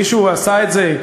מישהו עשה את זה?